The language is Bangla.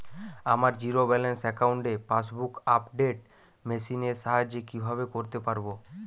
আমার জিরো ব্যালেন্স অ্যাকাউন্টে পাসবুক আপডেট মেশিন এর সাহায্যে কীভাবে করতে পারব?